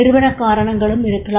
நிறுவனக் காரணங்களும் இருக்கலாம்